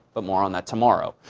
but more on that tomorrow.